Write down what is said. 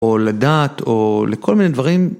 או לדעת או לכל מיני דברים.